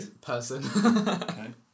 person